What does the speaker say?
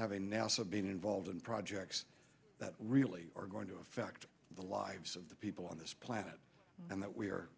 have a nasa being involved in projects that really are going to affect the lives of the people on this planet and that we